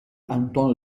antonio